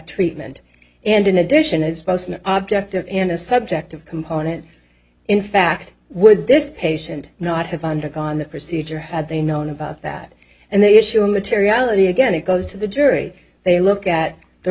treatment and in addition as an object and a subjective component in fact would this patient not have undergone the procedure had they known about that and they issue a materiality again it goes to the jury they look at the